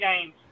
games